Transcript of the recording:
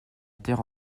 terre